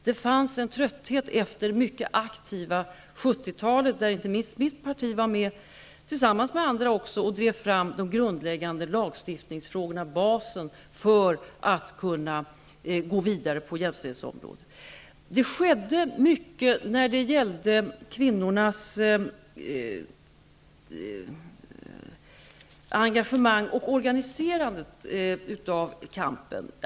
Det fanns en trötthet efter det mycket aktiva 70 talet, då inte minst mitt parti tillsammans med andra drev fram den grundläggande lagstiftningen, basen för att kunna gå vidare på jämställdhetsområdet. Det skedde mycket i fråga om kvinnornas engagemang och organiserandet av kampen.